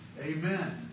Amen